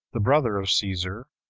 the brother of caesar.